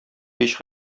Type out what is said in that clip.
һич